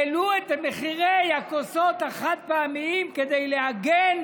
העלו את מחירי הכוסות החד-פעמיות כדי להגן